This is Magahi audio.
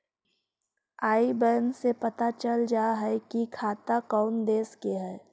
आई बैन से पता चल जा हई कि खाता कउन देश के हई